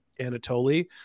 Anatoly